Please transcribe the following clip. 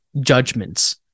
judgments